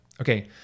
Okay